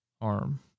arm